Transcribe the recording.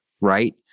right